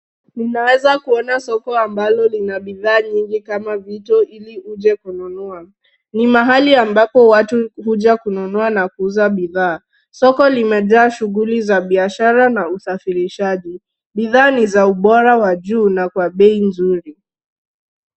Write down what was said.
Naniweza kuona soko ambalo lina bidhaa nyingi kama vitu ili ukuje kununua, ni mahali ambapo watu uja kununua na kuuza bidhaa, soko limejaa shughuli za biashara na kusafirisha bidhaa ni za ubora kwa juu na wa bei nzuri.